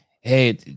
Hey